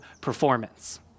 performance